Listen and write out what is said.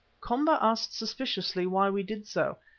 komba asked suspiciously why we did so,